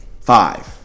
Five